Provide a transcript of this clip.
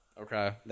Okay